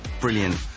brilliant